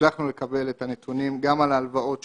הצלחנו לקבל את הנתונים גם על ההלוואות שאושרו.